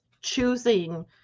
choosing